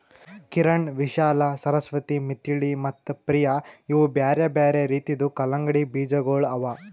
ಕಿರಣ್, ವಿಶಾಲಾ, ಸರಸ್ವತಿ, ಮಿಥಿಳಿ ಮತ್ತ ಪ್ರಿಯ ಇವು ಬ್ಯಾರೆ ಬ್ಯಾರೆ ರೀತಿದು ಕಲಂಗಡಿ ಬೀಜಗೊಳ್ ಅವಾ